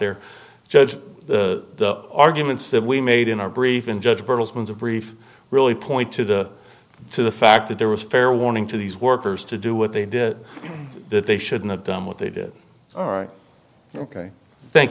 there judge the arguments that we made in our brief in judge bertelsmann the brief really point to the to the fact that there was fair warning to these workers to do what they did that they shouldn't have done what they did all right ok thank